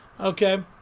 Okay